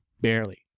Barely